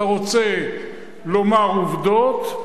אתה רוצה לומר עובדות,